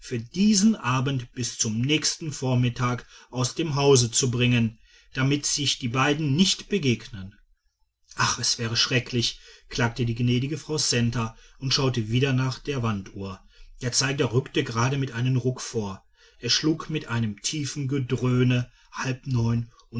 für diesen abend bis zum nächsten vormittag aus dem hause zu bringen damit sich die beiden nicht begegnen ach es wär schrecklich klagte die gnädige frau centa und schaute wieder nach der wanduhr der zeiger rückte gerade mit einem ruck vor es schlug mit einem tiefen gedröhne halb neun